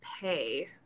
pay